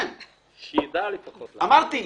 אמרתי.